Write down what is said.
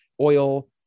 oil